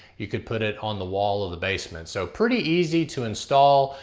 you could put it on the wall of the basement. so, pretty easy to install.